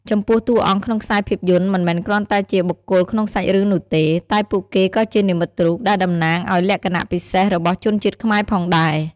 ចំពោះតួអង្គក្នុងខ្សែភាពយន្តមិនមែនគ្រាន់តែជាបុគ្គលក្នុងសាច់រឿងនោះទេ តែពួកគេក៏ជានិមិត្តរូបដែលតំណាងឱ្យលក្ខណៈពិសេសរបស់ជនជាតិខ្មែរផងដែរ ។